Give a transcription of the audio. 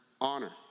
honor